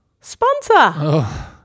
Sponsor